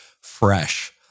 fresh